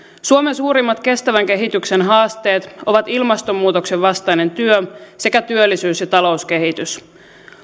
suomen suurimmat kestävän kehityksen haasteet ovat ilmastonmuutoksen vastainen työ sekä työllisyys ja talouskehitys